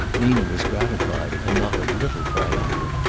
nina was gratified and not a little triumphant.